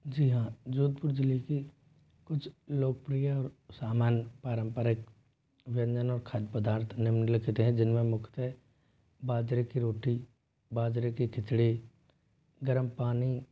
जी हाँ जोधपुर ज़िले के कुछ लोकप्रिय सामान पारम्परिक व्यंजन और खाद्य पदार्थ निम्नलिखित हैं जिन में मुख्यतः बाजरे की रोटी बाजरे की खिचड़ी गर्म पानी